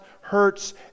hurts